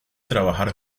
trabajar